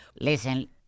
Listen